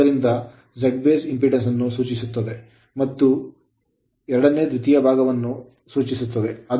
ಆದ್ದರಿಂದ ZB base impedance ಅನ್ನು ಸೂಚಿಸುತ್ತದೆ ಮತ್ತು 2 ದ್ವಿತೀಯ ಭಾಗವನ್ನು ಸೂಚಿಸುತ್ತದೆ ಆದ್ದರಿಂದ ZB2 V2I2